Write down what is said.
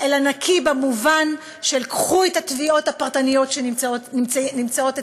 אלא נקי במובן של קחו את התביעות הפרטניות שנמצאות אצלכם,